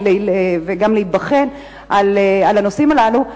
וגם להיבחן על הנושאים הללו,